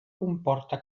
comporta